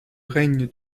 règne